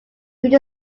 which